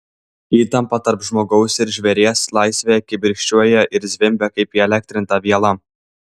įtampa tarp žmogaus ir žvėries laisvėje kibirkščiuoja ir zvimbia kaip įelektrinta viela